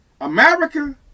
America